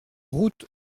route